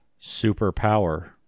superpower